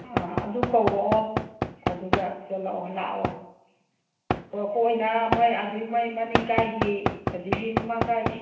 ꯑꯥ ꯑꯗꯨ ꯀꯧꯔꯛꯑꯣ ꯑꯗꯨꯒ ꯆꯦꯜꯂꯛꯑꯣ ꯂꯥꯛꯑꯣ ꯀꯣꯔꯣꯛ ꯀꯣꯏꯅ ꯃꯣꯏ ꯑꯗꯨꯏ ꯃꯣꯏ ꯃꯅꯤꯡꯀꯥꯏꯒꯤ ꯑꯗꯒꯤ ꯃꯃꯥꯡꯀꯥꯏꯒꯤ